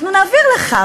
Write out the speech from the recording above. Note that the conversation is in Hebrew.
אנחנו נעביר לך,